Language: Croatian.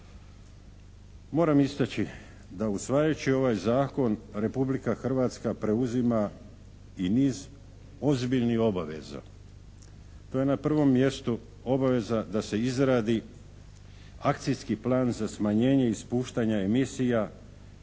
Moram istaći da usvajajući ovaj zakon Republika Hrvatska preuzima i niz ozbiljnih obaveza. To je na prvom mjestu obaveza da se izradi akcijski plan za smanjenje i spuštanja emisija